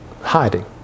hiding